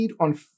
on